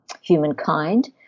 humankind